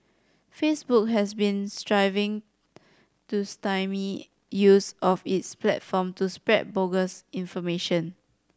Facebook has been striving to stymie use of its platform to spread bogus information